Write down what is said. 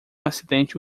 acidente